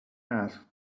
asked